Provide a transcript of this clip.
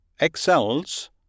excels